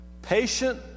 Patient